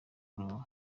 gitondo